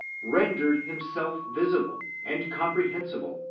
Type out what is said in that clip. rendered himself visible, and comprehensible,